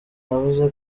yavuze